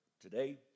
today